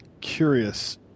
curious